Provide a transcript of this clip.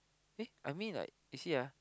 eh I mean like you see ah